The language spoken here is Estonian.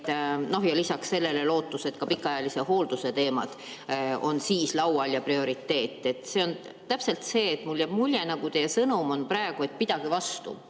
2023. Ja lisaks sellele on lootus, et ka pikaajalise hoolduse teemad on siis laual ja prioriteet. See on täpselt nii, et mulle jääb mulje, nagu teie sõnum on praegu: pidage vastu,